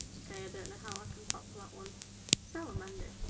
ok i don't know how i can top that one salamander